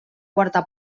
quarta